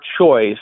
choice